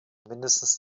mindestens